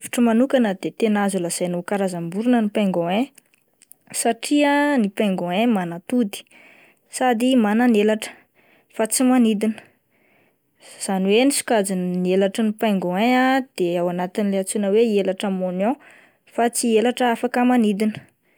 Ny hevitro manokana dia tena azo lazaina ho karazam-borona ny pingouin satria ny pingouin manatody sady manana elatra fa tsy manidina izany hoe ny sokajin'elatry ny pingouin ah de ao anatin'ny ilay antsoina hoe elatra moignon fa tsy elatra afaka manidina.